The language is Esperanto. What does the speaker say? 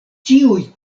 ĉiuj